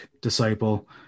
disciple